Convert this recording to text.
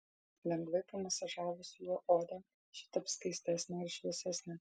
lengvai pamasažavus juo odą ši taps skaistesnė ir šviesesnė